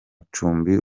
cumbi